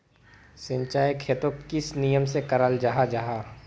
सिंचाई खेतोक किस नियम से कराल जाहा जाहा?